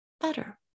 better